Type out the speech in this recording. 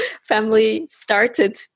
family-started